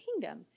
kingdom